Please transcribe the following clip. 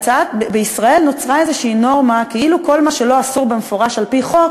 שבישראל נוצרה איזושהי נורמה כאילו כל מה שלא אסור במפורש על-פי חוק,